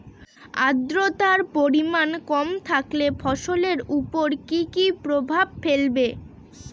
আদ্রর্তার পরিমান কম থাকলে ফসলের উপর কি কি প্রভাব ফেলবে?